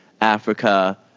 Africa